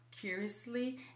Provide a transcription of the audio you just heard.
curiously